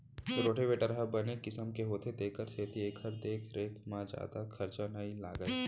rotavator ह बने किसम के होथे तेकर सेती एकर देख रेख म जादा खरचा नइ लागय